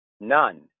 None